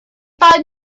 five